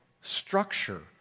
structure